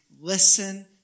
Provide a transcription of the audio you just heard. listen